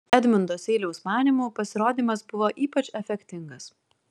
edmundo seiliaus manymu pasirodymas buvo ypač efektingas